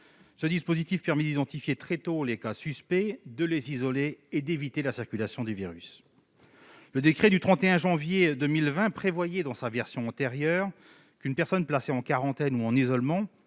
Ce dispositif permet d'identifier très tôt les cas suspects, de les isoler et d'éviter la circulation du virus. Le décret du 31 janvier 2020 prévoyait, dans sa première version, qu'une personne placée en quarantaine ou en isolement